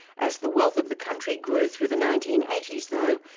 as the wealth of the country grew through the nineteen eighty s though,